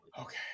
Okay